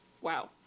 wow